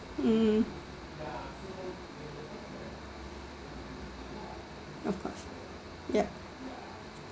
mm of course yup